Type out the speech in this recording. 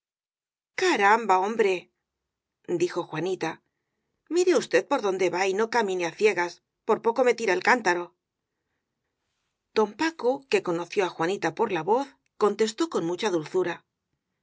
caramba hombre dijo juanitamire usted por dónde va y no camine á ciegas por poco me tira el cántaro don paco que conoció á juanita por la voz contestó con mucha dulzura